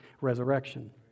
resurrection